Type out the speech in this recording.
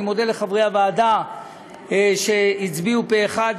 אני מודה לחברי הוועדה שהצביעו פה-אחד,